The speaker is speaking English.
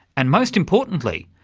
and most importantly,